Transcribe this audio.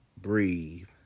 breathe